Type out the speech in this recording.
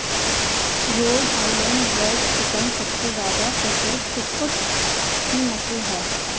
road Island Red chicken सबसे ज्यादा प्रचलित कुक्कुट की नस्ल है